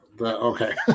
Okay